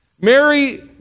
Mary